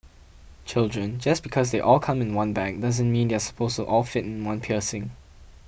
children just because they all come in one bag doesn't mean they are supposed all fit in one piercing